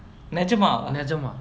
நெஜமாவா:nejamaavaa